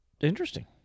interesting